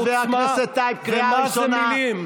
חבר הכנסת טייב, קריאה ראשונה.